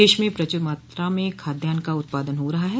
देश में प्रचुर मात्रा में खाद्यान का उत्पादन हो रहा है